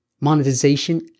monetization